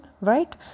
right